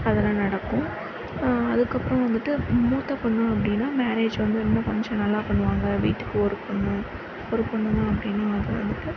அதெல்லாம் நடக்கும் அதுக்கப்புறம் வந்துட்டு மூத்த பொண்ணு அப்படின்னா மேரேஜ் வந்து இன்னும் கொஞ்சம் நல்லா பண்ணுவாங்க வீட்டுக்கு ஒரு பொண்ணு ஒரு பொண்ணு தான் அப்படின்னா வந்துட்டு